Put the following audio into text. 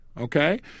okay